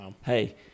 hey